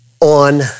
On